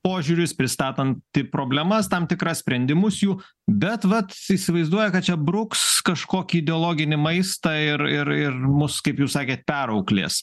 požiūrius pristatanti problemas tam tikras sprendimus jų bet vat įsivaizduoja kad čia bruks kažkokį ideologinį maistą ir ir ir mus kaip jūs sakėt perauklės